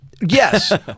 Yes